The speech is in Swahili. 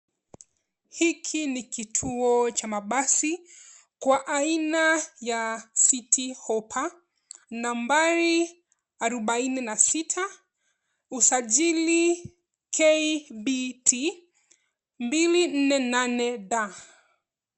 Hiki ni kituo cha mabasi, kwa aina ya citi hoppa. Nambari arubaini na sita . Usajili KBT 248 D.